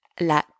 La